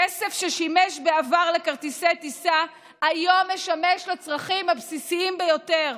כסף ששימש בעבר לכרטיסי טיסה היום משמש לצרכים הבסיסיים ביותר.